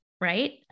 Right